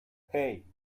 hey